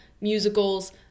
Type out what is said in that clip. musicals